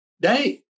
day